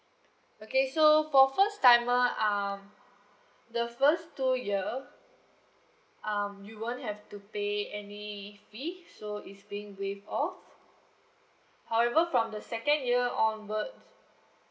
okay so for first timer um the first two year um you won't have to pay any fee so it's being waived off however from the second year onwards